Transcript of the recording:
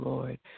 Lord